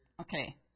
okay